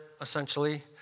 essentially